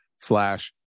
slash